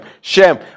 Shame